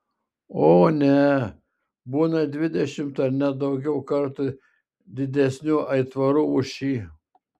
o ne būna dvidešimt ar net daugiau kartų didesnių aitvarų už šį